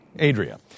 Adria